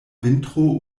vintro